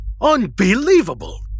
Unbelievable